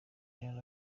jean